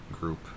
group